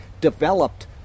developed